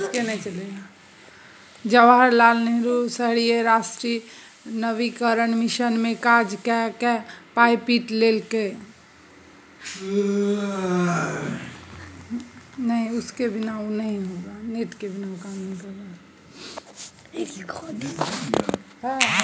जवाहर लाल नेहरू राष्ट्रीय शहरी नवीकरण मिशन मे काज कए कए पाय पीट लेलकै